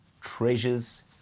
treasures